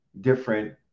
different